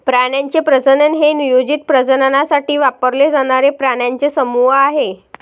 प्राण्यांचे प्रजनन हे नियोजित प्रजननासाठी वापरले जाणारे प्राण्यांचे समूह आहे